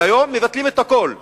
אבל היום מבטלים את הכול.